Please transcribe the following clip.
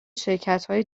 شرکتهای